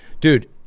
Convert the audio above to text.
Dude